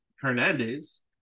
Hernandez